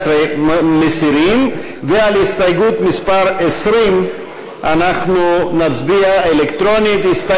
16. אנחנו מסירים הסתייגויות 14 ו-15 ומצביעים על הסתייגות